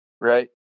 Right